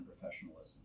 professionalism